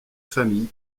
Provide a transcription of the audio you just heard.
famille